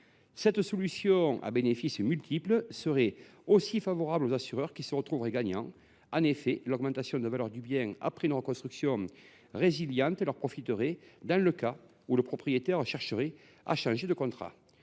Cette solution à bénéfices multiples serait également favorable aux assureurs. Ceux ci, en effet, y gagneraient : l’augmentation de la valeur du bien après une reconstruction résiliente leur profiterait, dans le cas où le propriétaire chercherait à changer de contrat.